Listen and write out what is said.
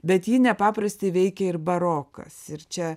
bet jį nepaprastai veikė ir barokas ir čia